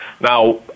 Now